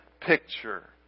picture